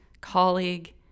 colleague